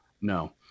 No